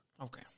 Okay